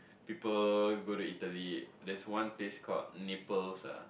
people go to Italy there's one place called Naples ah